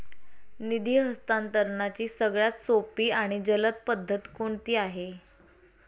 निधी हस्तांतरणाची सगळ्यात सोपी आणि जलद पद्धत कोणती आहे?